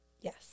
Yes